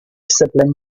sibling